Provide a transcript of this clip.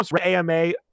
AMA